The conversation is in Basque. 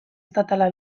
estatala